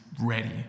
ready